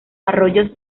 arroyos